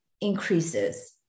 increases